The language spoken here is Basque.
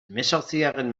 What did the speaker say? hemezortzigarren